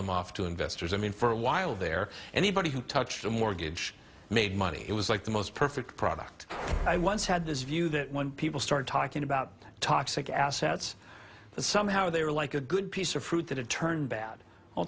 them off to investors i mean for a while there anybody who touched the mortgage made money it was like the most perfect product i once had this view that when people start talking about toxic assets that somehow they are like a good piece of fruit that had turned bad all